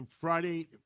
Friday